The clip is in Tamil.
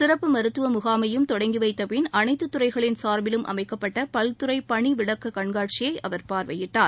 சிறப்பு மருத்துவமுகாமையும் தொடங்கி வைத்த பின் அனைத்து துறைகளின் சார்பிலும் அமைக்கப்பட்ட பல்துறை பணிவிளக்க கண்காட்சியை அவர் பார்வையிட்டார்